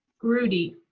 gruddy.